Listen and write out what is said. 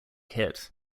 hit